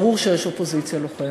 ברור שיש אופוזיציה לוחמת.